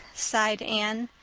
sighed anne.